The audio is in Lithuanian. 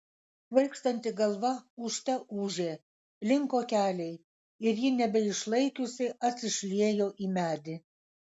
svaigstanti galva ūžte ūžė linko keliai ir ji nebeišlaikiusi atsišliejo į medį